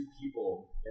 people